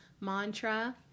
mantra